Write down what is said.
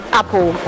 apple